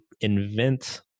invent